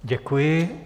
Děkuji.